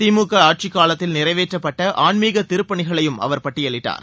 திமுக ஆட்சிக்காலத்தில் நிறைவேற்றப்பட்ட ஆன்மீக திருப்பணிகளையும் அவர் பட்டியலிட்டார்